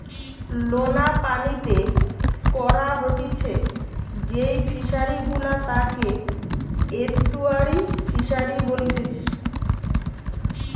লোনা পানিতে করা হতিছে যেই ফিশারি গুলা তাকে এস্টুয়ারই ফিসারী বলেতিচ্ছে